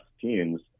teams